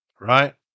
right